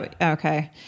Okay